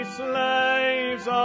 slaves